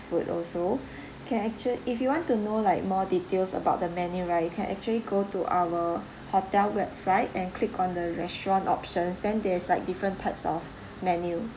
food also can actual~ if you want to know like more details about the menu right you can actually go to our hotel website and click on the restaurant options then there's like different types of menu